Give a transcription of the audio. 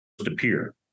appear